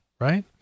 right